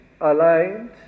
aligned